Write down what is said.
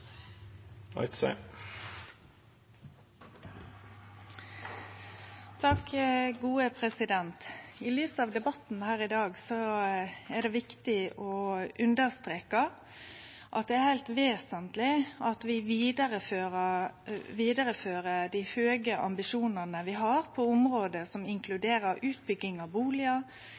I lys av debatten her i dag er det viktig å understreke at det er heilt vesentleg at vi vidarefører dei høge ambisjonane vi har på område som inkluderer utbygging av